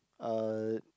uh